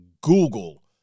Google